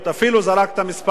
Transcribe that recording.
אפילו זרקת מספר,